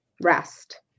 rest